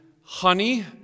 honey